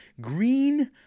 Green